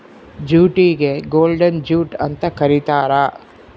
ಜೂಟಿಗೆ golden jute ಅಂತ ಕರೀತಾರ